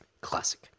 Classic